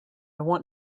want